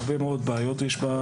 הרבה מאוד בעיות יש.